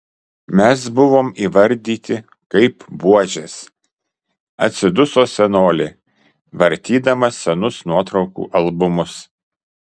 mes buvo įvardyti kaip buožės atsiduso senolė vartydama senus nuotraukų albumus